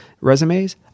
resumes